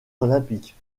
olympiques